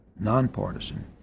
non-partisan